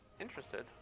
interested